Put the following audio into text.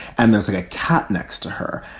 and there's like a cat next to her.